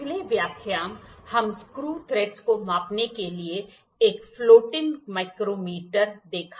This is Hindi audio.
पिछले व्याख्यान हम स्करू थ्रेड को मापने के लिए एक फ्लोटिंग माइक्रोमीटर देखा